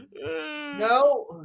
No